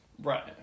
right